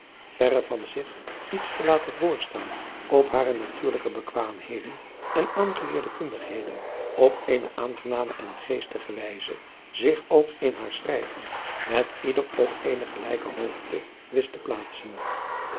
verre van zich iets te laten voorstaan op hare natuurlijke bekwaamheden en aangeleerde kundigheden op eene aangename en geestige wijze zich ook in haar schrijven met ieder op eene gelijke hoogte wist te plaatsen